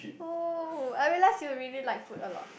cool I realise you really like food a lot